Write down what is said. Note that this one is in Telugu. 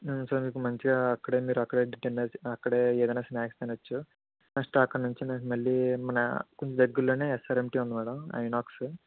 సో మీకు మంచిగా అక్కడే మీరు అక్కడే డిన్నర్ అక్కడే ఏదైనా స్నాక్స్ తినచ్చు నెక్స్ట్ అక్కడి నుంచి వెంటనే మళ్ళీ మన దగ్గర్లోనే ఎస్ఆర్ఎంటి ఉంది మేడం ఐనాక్స్